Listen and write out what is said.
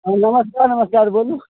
नमस्कार नमस्कार बोलु